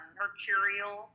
mercurial